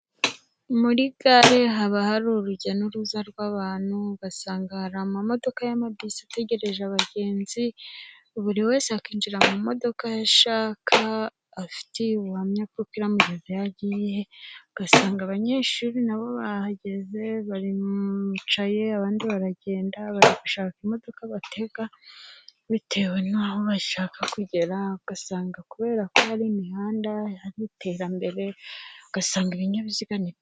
Muri gare haba hari urujya n'uruza rw'abantu, ugasanga hari amamodoka y'amabisi ategereje abagenzi, buri wese akinjira mu modoka yo ashaka, afiteye ubuhamya kuko iramugeza aho agiye, ugasanga abanyeshuri na bo bahageze. baricaye, abandi baragenda barajya gushaka imodoka batega, bitewe n'aho bashaka kugera, ugasanga kubera ko hari imihanda, hari iterambere. Ugasanga ibinyabiziga ni...